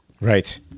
Right